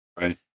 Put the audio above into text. right